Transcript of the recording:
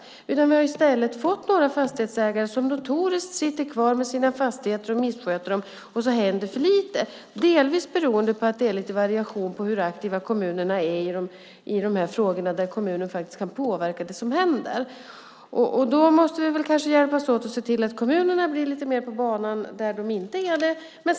I stället har vi fått några fastighetsägare som sitter kvar med sina fastigheter och notoriskt missköter dessa. För lite händer, delvis beroende på att det är lite variation i hur aktiva kommunerna är i sådana här frågor där kommunerna kan påverka det som händer. Då måste vi kanske hjälpas åt och se till att kommunerna lite mer är på banan där de inte är det.